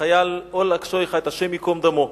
החייל אולג שייחט, השם ייקום דמו.